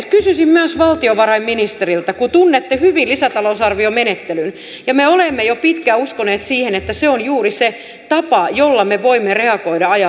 kysyisin myös valtiovarainministeriltä kun tunnette hyvin lisäta lousarviomenettelyn ja me olemme jo pitkään uskoneet siihen että se on juuri se tapa jolla me voimme reagoida ajan haasteisiin